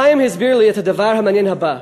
חיים הסביר לי את הדבר המעניין הבא,